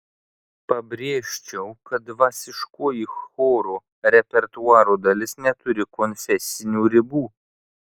pabrėžčiau kad dvasiškoji choro repertuaro dalis neturi konfesinių ribų